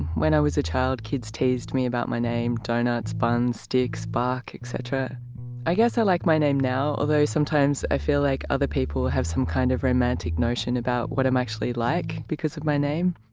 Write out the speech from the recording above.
when i was a child, kids teased me about my name doughnuts, buns, sticks, bark, etc i guess i like my name now, although sometimes i feel like other people have some kind of romantic notion about what i'm actually like because of my name.